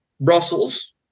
Brussels